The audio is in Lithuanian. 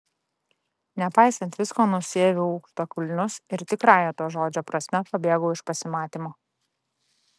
nepaisant visko nusiaviau aukštakulnius ir tikrąja to žodžio prasme pabėgau iš pasimatymo